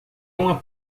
uma